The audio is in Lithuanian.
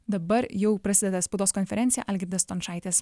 dabar jau prasideda spaudos konferencija algirdas stončaitis